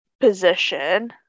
position